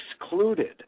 excluded